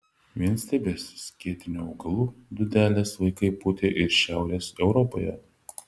vienstiebes skėtinių augalų dūdeles vaikai pūtė ir šiaurės europoje